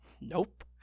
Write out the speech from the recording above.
Nope